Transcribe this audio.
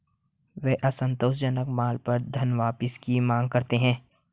वे असंतोषजनक माल पर धनवापसी की मांग करते हैं